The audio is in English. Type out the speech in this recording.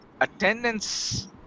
attendance